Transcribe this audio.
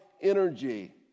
energy